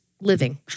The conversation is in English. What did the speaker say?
living